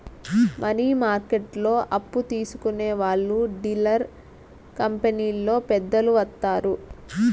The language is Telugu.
మనీ మార్కెట్లో అప్పు తీసుకునే వాళ్లు డీలర్ కంపెనీలో పెద్దలు వత్తారు